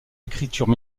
écritures